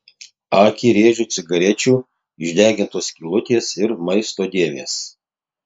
akį rėžė cigarečių išdegintos skylutės ir maisto dėmės